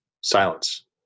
silence